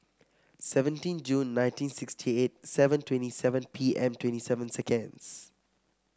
seventeen June nineteen sixty eight seven twenty seven P M twenty seven seconds